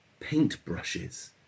paintbrushes